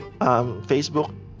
Facebook